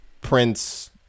prince